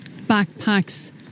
backpacks